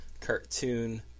cartoon